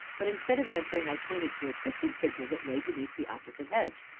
but, instead of answering, i pointed to a twisted figure that lay beneath the opposite hedge.